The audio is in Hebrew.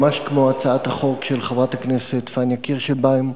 ממש כמו הצעת החוק של חברת הכנסת פניה קירשנבאום,